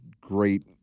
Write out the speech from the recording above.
great